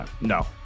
No